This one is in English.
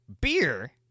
beer